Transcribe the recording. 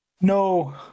No